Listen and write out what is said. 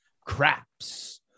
craps